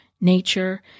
nature